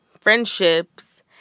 friendships